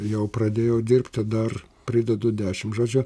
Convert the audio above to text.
jau pradėjau dirbti dar pridedu dešimt žodžiu